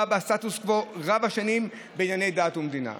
בסטטוס קוו רב-השנים בענייני דת ומדינה.